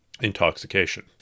intoxication